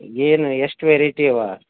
ಏನು ಎಷ್ಟು ವೆರೈಟಿ ಇವೆ